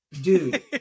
dude